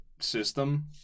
system